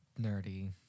Nerdy